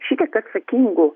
šitiek atsakingų